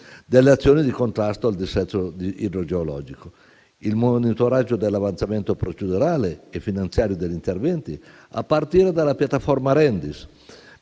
delle azioni di contrasto al dissesto idrogeologico, oltre al monitoraggio dell'avanzamento procedurale e finanziario degli interventi, a partire dalla piattaforma ReNDiS,